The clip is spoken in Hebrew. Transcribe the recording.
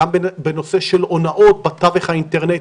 גם בנושא של הונאות בתווך האינטרנטי.